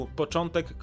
początek